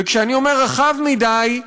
וכשאני אומר רחב מדי,